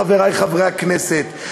חברי חברי הכנסת.